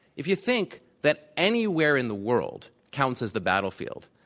if you think that anywhere in the world counts as the battlefield,